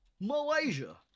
Malaysia